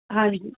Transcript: ਹਾਂਜੀ